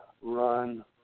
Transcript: run